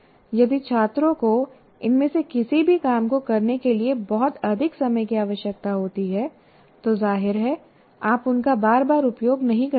यदि छात्रों को इनमें से किसी भी काम को करने के लिए बहुत अधिक समय की आवश्यकता होती है तो जाहिर है आप उनका बार बार उपयोग नहीं कर सकते